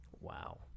Wow